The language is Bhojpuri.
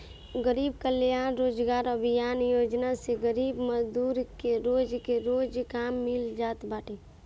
गरीब कल्याण रोजगार अभियान योजना से गरीब मजदूर के रोज के रोज काम मिल जात बाटे